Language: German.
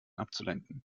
abzulenken